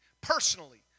personally